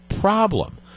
problem